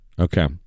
Okay